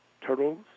turtles